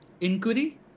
Inquiry